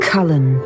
Cullen